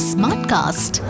Smartcast